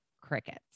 Crickets